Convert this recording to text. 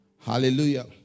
Hallelujah